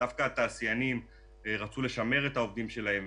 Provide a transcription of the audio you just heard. דווקא התעשיינים רצו לשמר את העובדים שלהם,